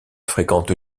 fréquente